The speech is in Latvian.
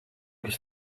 kas